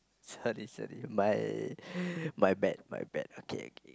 sorry sorry my my bad my bad okay okay